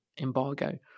embargo